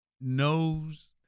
knows